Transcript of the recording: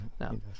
No